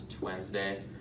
Wednesday